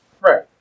Right